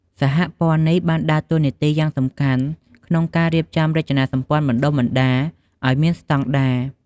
សហព័ន្ធនេះបានដើរតួនាទីយ៉ាងសំខាន់ក្នុងការរៀបចំរចនាសម្ព័ន្ធបណ្ដុះបណ្ដាលឲ្យមានស្តង់ដារ។